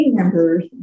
members